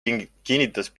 kinnitas